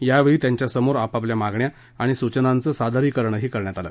यावेळी त्यांच्या समोर आपापल्या मागण्या आणि सूचनांच सादरीकरणही करण्यात आलं